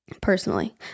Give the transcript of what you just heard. Personally